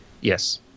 Yes